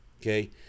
okay